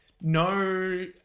no